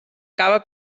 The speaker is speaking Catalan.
cava